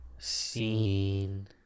Seen